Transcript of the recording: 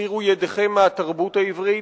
הסירו ידיכם מהתרבות העברית.